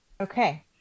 Okay